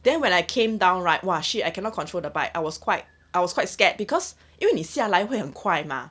then when I came down right !wah! shit I cannot control the bike I was quite I was quite scared because 因为你下来会很快 mah